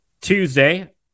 Tuesday